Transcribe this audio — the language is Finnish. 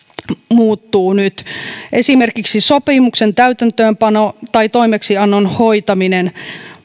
muuttuu nyt esimerkiksi sopimuksen täytäntöönpano tai toimeksiannon hoitaminen